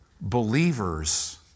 believers